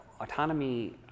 Autonomy